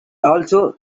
also